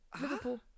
Liverpool